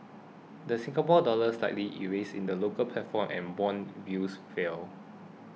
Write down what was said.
the Singapore Dollar slightly eased in the local platform and bond yields fell